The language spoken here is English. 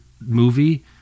movie